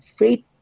faith